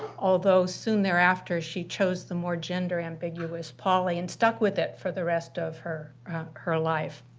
although, soon thereafter, she chose the more gender ambiguous pauli and stuck with it for the rest of her her life.